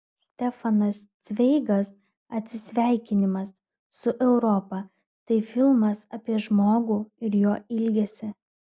stefanas cveigas atsisveikinimas su europa tai filmas apie žmogų ir jo ilgesį